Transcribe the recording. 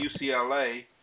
UCLA